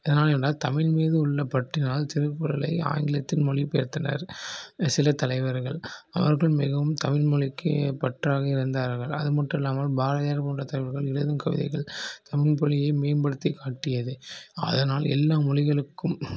எதனால் என்றால் தமிழ் மீது உள்ள பற்றினால் திருக்குறளை ஆங்கிலத்தில் மொழிப்பெயர்த்தனர் சில தலைவர்கள் அவர்கள் மிகவும் தமிழ்மொழிக்குப் பற்றாக இருந்தார்கள் அது மட்டும் இல்லாமல் பாரதியார் போன்ற தலைவர்கள் எழுதும் கவிதைகள் தமிழ்மொழியை மேம்படுத்திக் காட்டியது அதனால் எல்லா மொழிகளுக்கும்